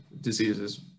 diseases